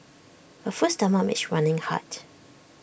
A full stomach makes running hard